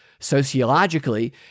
Sociologically